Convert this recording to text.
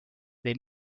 there